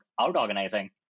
out-organizing